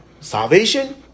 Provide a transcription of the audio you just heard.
Salvation